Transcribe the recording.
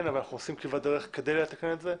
ואנחנו עושים כברת דרך כדי לתקן את זה.